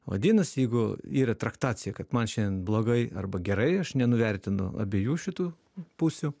vadinas jeigu yra traktacija kad man šiandien blogai arba gerai aš nenuvertinu abiejų šitų pusių